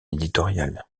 éditorial